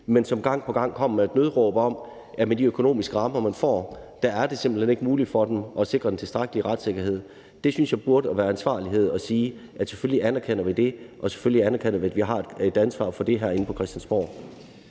men som gang på gang kommer med et nødråb om, at det med de økonomiske rammer, man får, simpelt hen ikke er muligt for dem at sikre den tilstrækkelige retssikkerhed. Der synes jeg, man burde vise ansvarlighed og sige: Selvfølgelig anerkender vi det, og selvfølgelig anerkender vi, at vi har et ansvar for det herinde på Christiansborg.